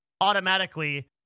automatically